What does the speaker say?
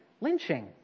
lynching